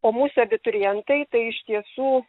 o mūsų abiturientai tai iš tiesų